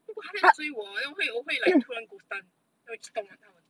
如果他会追我我会我会 like 突然 gostan then 我就 stomp on 它们